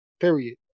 period